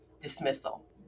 dismissal